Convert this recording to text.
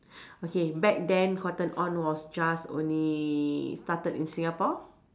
okay back then cotton on was just only started in Singapore